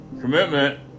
Commitment